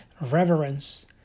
reverence